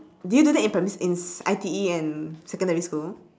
do you do that in primary in I_T_E and secondary school